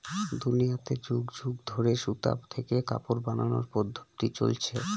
দুনিয়াতে যুগ যুগ ধরে সুতা থেকে কাপড় বানানোর পদ্ধপ্তি চলছে